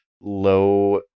low